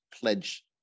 pledge